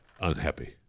unhappy